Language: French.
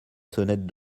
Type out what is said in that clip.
sonnette